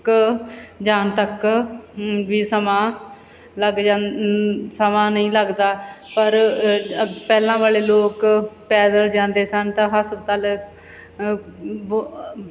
ਕ ਜਾਣ ਤੱਕ ਵੀ ਸਮਾਂ ਲੱਗ ਜਾਨ ਸਮਾਂ ਨਹੀਂ ਲੱਗਦਾ ਪਰ ਪਹਿਲਾਂ ਵਾਲੇ ਲੋਕ ਪੈਦਲ ਜਾਂਦੇ ਸਨ ਤਾਂ ਹਸਪਤਾਲ ਬ